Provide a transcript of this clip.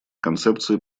концепции